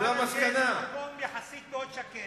וולג'ה זה מקום יחסית מאוד שקט.